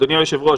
אדוני היושב-ראש,